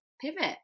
pivot